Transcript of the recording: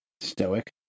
stoic